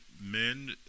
men